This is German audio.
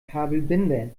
kabelbinder